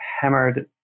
hammered